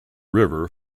river